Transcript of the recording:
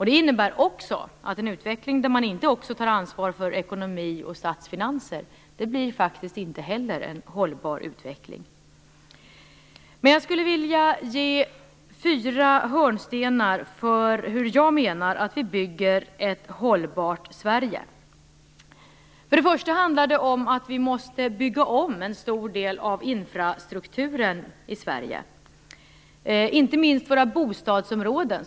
Det innebär att en utveckling där man inte tar ansvar för ekonomi och statsfinanser faktiskt inte blir en hållbar utveckling. Jag skulle vilja nämna fyra hörnstenar för att visa hur jag menar att vi bygger ett hållbart Sverige. För det första handlar det om att vi måste bygga om en stor del av infrastrukturen i Sverige, inte minst våra bostadsområden.